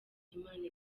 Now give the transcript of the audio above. imana